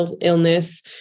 illness